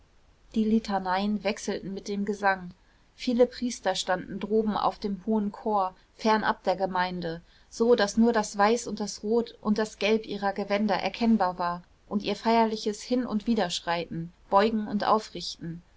die litaneien wechselten mit dem gesang viele priester standen droben auf dem hohen chor fernab der gemeinde so daß nur das weiß und das rot und das gelb ihrer gewänder erkennbar war und ihr feierliches hin und wiederschreiten beugen und aufrichten